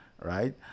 right